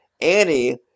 Annie